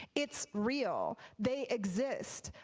it's real, they exist.